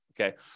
Okay